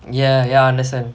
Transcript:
ya ya understand